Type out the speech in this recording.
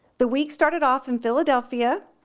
the week started off in philadelphia,